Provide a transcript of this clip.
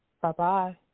Bye-bye